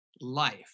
life